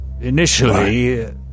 Initially